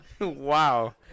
Wow